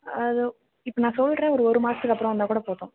அது இப்போ நான் சொல்கிறேன் ஒரு ஒரு மாதத்துக்கு அப்றம் வந்தால் கூட போதும்